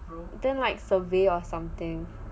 then like survey or something